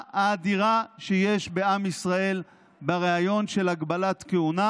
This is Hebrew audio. האדירה שיש בעם ישראל ברעיון של הגבלת כהונה,